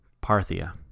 Parthia